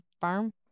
farm